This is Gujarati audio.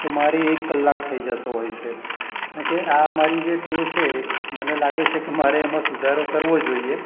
તો મારે એક કલાક થઈ જતો હોય છે કારણ કે આ મારી જે ટેવ છે એક મને લાગે છે કે મારે એમાં સુધારો કરવો જોઈએ